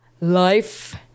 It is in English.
Life